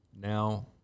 Now